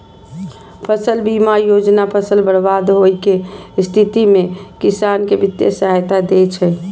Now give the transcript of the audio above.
फसल बीमा योजना फसल बर्बाद होइ के स्थिति मे किसान कें वित्तीय सहायता दै छै